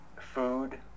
food